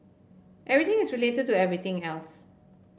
everything is related to everything else